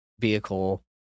vehicle